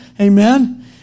Amen